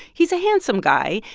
he's a handsome guy.